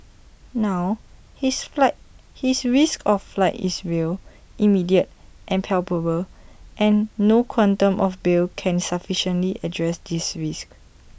now his flight his risk of flight is real immediate and palpable and no quantum of bail can sufficiently address this risk